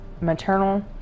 maternal